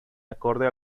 acorde